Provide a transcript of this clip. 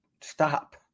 stop